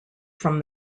from